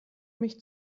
mich